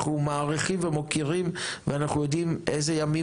אנחנו מעריכים ומוקירים ואנחנו יודעים איזה ימים